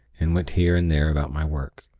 and went here and there about my work.